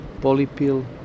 polypill